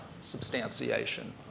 substantiation